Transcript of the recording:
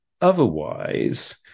otherwise